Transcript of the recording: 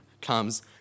comes